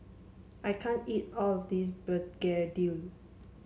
I can't eat all of this Begedil